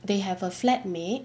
they have a flat mate